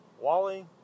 Wally